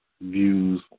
views